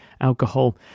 Alcohol